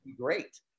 great